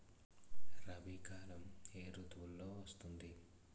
రబీ కాలం ఏ ఋతువులో వస్తుంది?